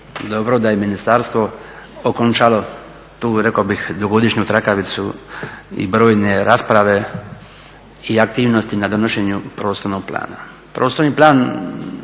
dobro da je ministarstvo okončalo tu rekao bih dugogodišnju trakavicu i brojne rasprave i aktivnosti na donošenju prostornog plana.